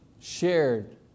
shared